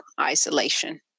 isolation